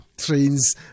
trains